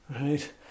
right